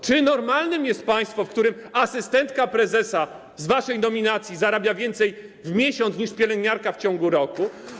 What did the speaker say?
Czy normalne jest państwo, w którym asystentka prezesa z waszej nominacji zarabia więcej w miesiąc niż pielęgniarka w ciągu roku?